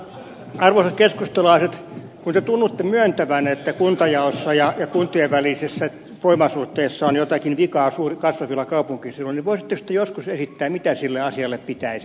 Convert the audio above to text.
kun te tunnutte myöntävän että kuntajaossa ja kuntien välisissä voimasuhteissa on jotakin vikaa kasvavilla kaupunkiseuduilla niin voisittekos te joskus esittää mitä sille asialle pitäisi tehdä